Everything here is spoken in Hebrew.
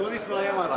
אקוניס מאיים עלי.